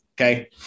Okay